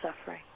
suffering